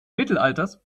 mittelalters